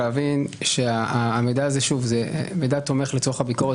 להבין שהמידע הוא מידע תומך לצורך הביקורת,